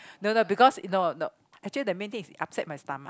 no no because no no actually the main thing is upset my stomach